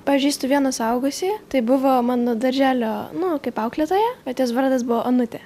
pažįstu vieną suaugusįjį tai buvo mano darželio nu kaip auklėtoja bet jos vardas buvo onutė